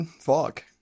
Fuck